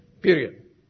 Period